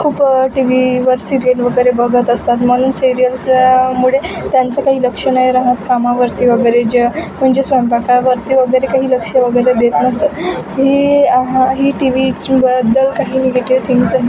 खूप टी वीवर सिरीयल वगैरे बघत असतात म्हणून सिरियल्स मुळे त्यांचं काही लक्ष नाही राहात कामावरती वगैरे ज्या म्हणजे स्वयंपाकावरती वगैरे काही लक्ष वगैरे देत नसतात ही हा ही टी वीचीबद्दल काही निगेटिव थिंग्स आहे